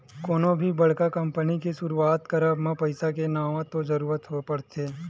कोनो भी बड़का कंपनी के सुरुवात करब म पइसा के नँगत के जरुरत पड़थे